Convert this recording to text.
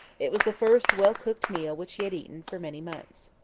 it was the first well-cooked meal which he had eaten for many months.